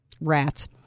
rats